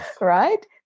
right